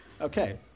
okay